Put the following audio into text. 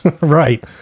Right